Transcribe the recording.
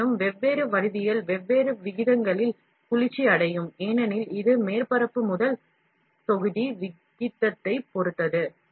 இருப்பினும் வெவ்வேறு வடிவியல் வெவ்வேறு விகிதங்களில் குளிர்ச்சியடையும் ஏனெனில் இது மேற்பரப்பு முதல் தொகுதி விகிதத்தைப் பொறுத்தது